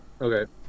Okay